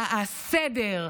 הסדר,